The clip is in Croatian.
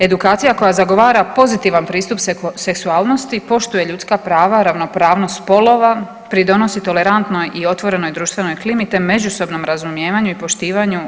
Edukacija koja zagovara pozitivan pristup seksualnosti poštuje ljudska prava, ravnopravnost spolova, pridonosi tolerantnoj i otvorenoj društvenoj klimi te međusobnom razumijevanju i poštivanju.